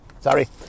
Sorry